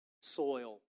soil